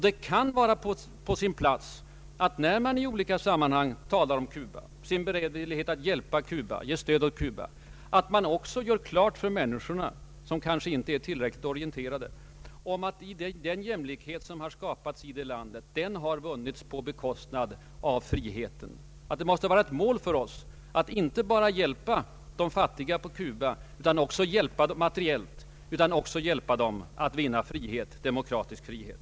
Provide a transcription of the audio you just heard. Det kan vara på sin plats, när man i olika sammanhang talar om sin beredvillighet att ge ekonomiskt stöd åt Cuba, att också göra klart för de människor som kanske inte är tillräckligt orienterade, att den jämlikhet som skapats i Cuba har vunnits på bekostnad av friheten. Det borde vara ett mål för oss alla att inte bara hjälpa de fattiga på Cuba materiellt utan också att hjälpa dem att vinna demokratisk frihet.